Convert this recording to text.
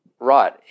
Right